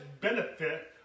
benefit